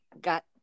got